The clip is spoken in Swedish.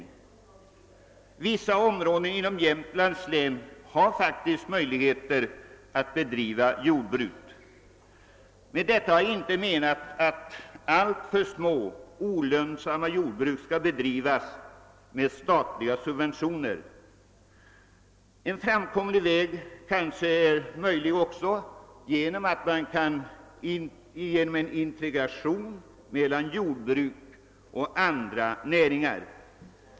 I vissa områden inom Jämtlands län finns det faktiskt möjligheter att bedriva jordbruk. Med detta har jag inte velat hävda att alltför små, olönsamma jordbruk skall upprätthållas med statliga subventioner. En framkomlig väg vore kanske en integration av jordbruk och andra näringar.